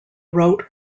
wrote